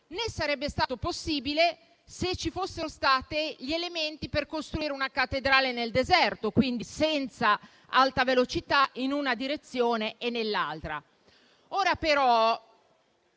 Né sarebbe stato possibile, se ci fossero stati gli elementi per costruire una cattedrale nel deserto, quindi senza Alta velocità in una direzione e nell'altra.